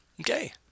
Okay